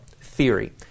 theory